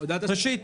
ראשית,